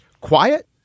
quiet